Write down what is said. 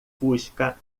fusca